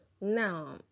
now